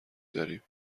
داریم